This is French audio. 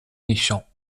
méchants